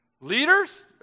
Leaders